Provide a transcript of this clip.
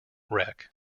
wreck